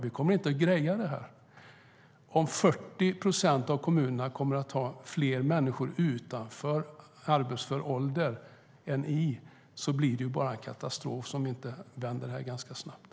Vi kommer inte att greja detta om 40 procent av kommunerna kommer att ha fler människor utanför arbetsför ålder än i. Det blir katastrof om vi inte vänder detta ganska snabbt.